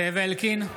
(קורא בשמות חברי הכנסת) זאב אלקין,